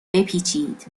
بپیچید